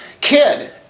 kid